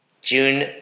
June